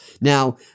Now